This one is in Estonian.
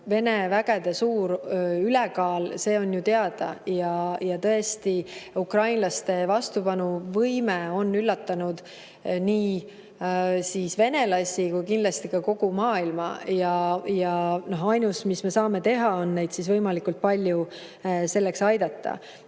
Vene vägede suur ülekaal, see on ju teada. Ja tõesti, ukrainlaste vastupanuvõime on üllatanud nii venelasi kui kindlasti ka kogu maailma ja ainus, mis me saame teha, on neid võimalikult palju selleks aidata.